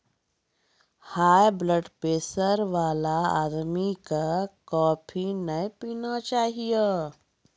high blood pressure वाला आदमी कॅ कॉफी नय पीना चाहियो